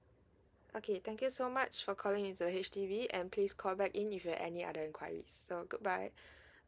okay thank you so much for calling into H_D_B and please call back in if you have any other enquiries so goodbye